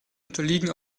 unterliegen